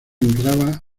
entraba